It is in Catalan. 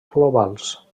globals